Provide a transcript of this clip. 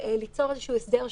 איפה עומד הסוהר?